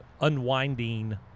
unwinding